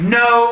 no